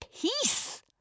Peace